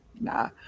nah